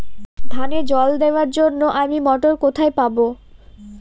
ধানে জল দেবার জন্য আমি মটর কোথায় পাবো?